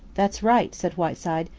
that's right, said whiteside.